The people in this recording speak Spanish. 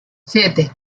siete